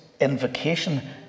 invocation